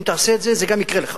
אם תעשה את זה, זה גם יקרה לך.